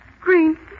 Green